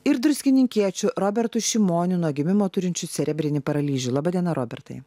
ir druskininkiečiu robertu šimoniu nuo gimimo turinčiu cerebrinį paralyžių laba diena robertai